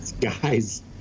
guys